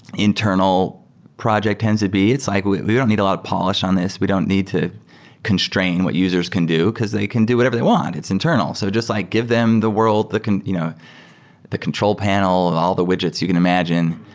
internal project tends to be. it's like we we don't need a lot of polish on this. we don't need to constrain what users can do, because they can do whatever they want. it's internal. so just like give them the world the can you know the control panel, all the widgets you can imagine.